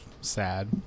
sad